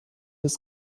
des